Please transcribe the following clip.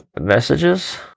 Messages